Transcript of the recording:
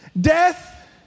Death